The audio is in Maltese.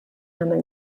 nagħmel